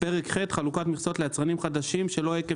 "פרק ח': חלוקת מכסות ליצרנים חדשים שלא עקב